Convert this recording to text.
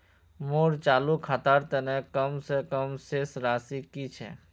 मोर चालू खातार तने कम से कम शेष राशि कि छे?